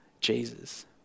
Jesus